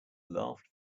laughed